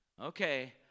Okay